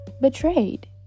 betrayed